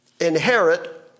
inherit